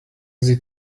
sie